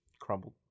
crumbled